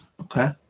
okay